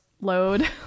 load